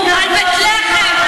על בית לחם.